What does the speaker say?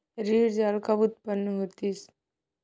ऋण जाल कब उत्पन्न होतिस?